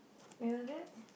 when was that